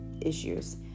issues